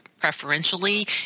preferentially